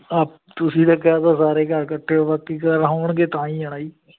ਆ ਤੁਸੀਂ ਤਾਂ ਕਹਿ ਦੋ ਸਾਰੇ ਘਰ ਇਕੱਠੇ ਹੋ ਬਾਕੀ ਹੋਣਗੇ ਤਾਂ ਹੀ ਆਉਣਾ ਜੀ